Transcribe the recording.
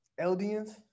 Eldians